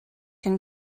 can